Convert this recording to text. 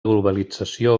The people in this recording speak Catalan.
globalització